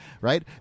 right